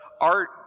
art